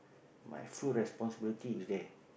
my full responsibility is there